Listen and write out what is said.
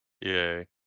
Yay